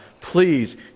please